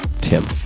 Tim